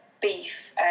beef